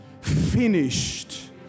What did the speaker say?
finished